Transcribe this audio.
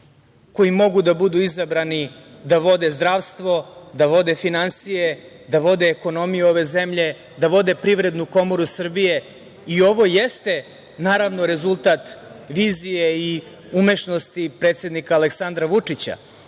koji mogu da budu izabrani da vode zdravstvo, da vode finansije, da vode ekonomiju ove zemlje, da vode Privrednu komoru Srbije. Ovo jeste, naravno, rezultat vizije i umešnosti predsednika Aleksandra Vučića,